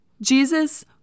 Jesus